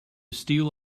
steal